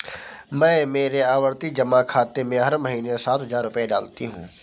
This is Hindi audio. मैं मेरे आवर्ती जमा खाते में हर महीने सात हजार रुपए डालती हूँ